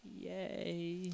yay